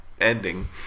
ending